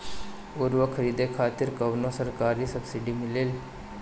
उर्वरक खरीदे खातिर कउनो सरकारी सब्सीडी मिलेल?